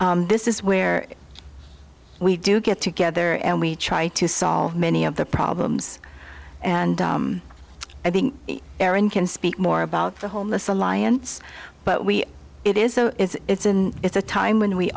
learned this is where we do get together and we try to solve many of the problems and i think erin can speak more about the homeless alliance but we it is so it's in it's a time when we